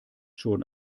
schon